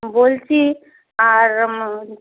বলছি আর